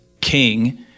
king